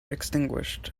extinguished